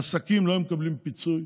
העסקים לא היו מקבלים פיצוי.